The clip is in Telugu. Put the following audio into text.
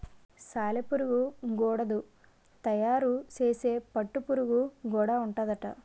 సాలెపురుగు గూడడు తయారు సేసే పట్టు గూడా ఉంటాదట